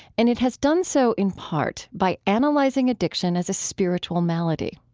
and it has done so in part by analyzing addiction as a spiritual malady.